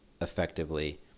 effectively